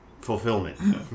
fulfillment